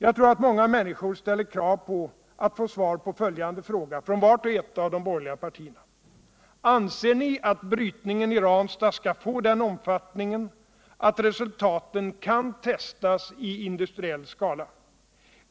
Jag tror att många människor ställer krav på att få svar på följande fråga från vart och ett av de borgerliga partierna: Anser ni att brytningen i Ranstad skall få den omfattningen att resultaten kan testas i industriell skala?